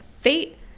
fate